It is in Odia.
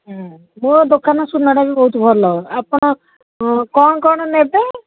ହଁ ମୋ ଦୋକାନ ସୁନାଟା ବି ବହୁତ ଭଲ ଆପଣ କ'ଣ କ'ଣ ନେବେ